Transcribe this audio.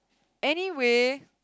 anyway